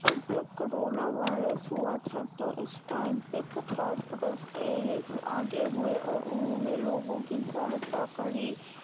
اور جب corona virus ہوا تھا تو اس ٹائم پہ کچھ ہاسپیٹلس کلینک آگے ہوئے اور انہوں نے لوگوں کی سہایتا کری